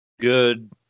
Good